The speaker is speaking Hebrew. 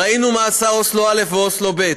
ראינו מה עשו אוסלו א' ואוסלו ב',